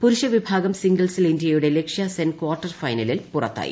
പുരുഷവിഭാഗം സിംഗിൾസിൽ ഇന്ത്യയുടെ ലക്ഷ്യസെൻ കാർട്ടർ ഫൈനലിൽ പുറത്തായി